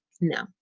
no